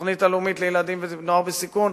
התוכנית הלאומית לילדים ונוער בסיכון,